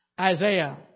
Isaiah